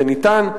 זה ניתן,